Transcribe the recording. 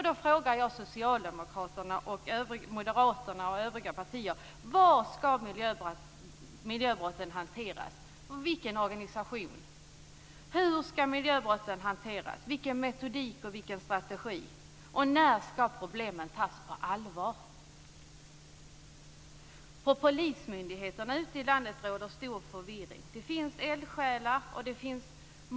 Då frågar jag Socialdemokraterna, Moderaterna och övriga partier: Var skall miljöbrotten hanteras? I vilken organisation? Hur skall miljöbrotten hanteras? Med vilken metodik och vilken strategi? När skall problemen tas på allvar? På polismyndigheterna ute i landet råder stor förvirring. Det finns eldsjälar.